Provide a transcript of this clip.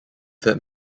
that